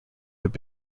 have